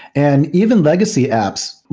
and even legacy apps,